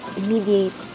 immediate